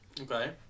Okay